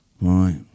Right